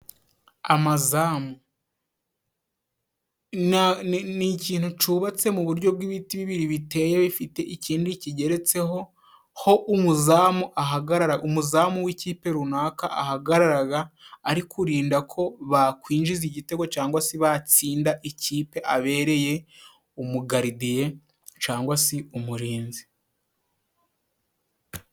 Amazamu. Ni ikintu cyubatse mu buryo bw'ibiti bibiri biteye bifite ikindi kigeretseho aho umuzamu ahagarara umuzamu w'ikipe runaka ahagarara arinda ko bakwinjiza igitego cyangwa se batsinda ikipe abereye umugaridiye cyangwa se umurinzi.